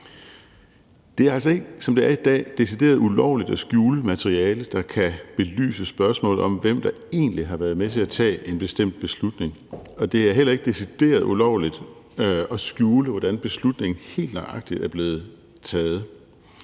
Det er altså ikke, som det er i dag, decideret ulovligt at skjule materiale, der kan belyse spørgsmålet om, hvem der egentlig har været med til at tage en bestemt beslutning, og det er heller ikke decideret ulovligt at skjule, hvordan beslutningen helt nøjagtigt er blevet taget,